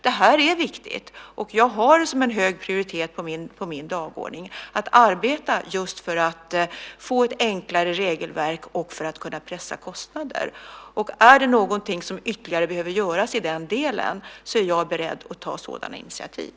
Det här är viktigt, och jag har det som en hög prioritet på min dagordning att arbeta för att få ett enklare regelverk och för att kunna pressa kostnader. Är det någonting som ytterligare behöver göras i den delen är jag beredd att ta sådana initiativ.